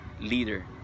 leader